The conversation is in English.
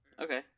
Okay